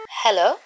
Hello